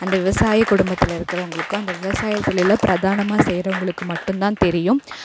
அந்த விவசாயி குடும்பத்தில் இருக்கிறவுங்களுக்கும் அந்த விவசாயத்தொழில பிரதானமாக செய்கிறவங்களுக்கு மட்டும்தான் தெரியும்